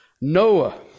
Noah